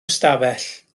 ystafell